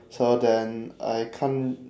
so then I can't